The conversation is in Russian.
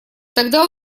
тогда